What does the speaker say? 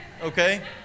Okay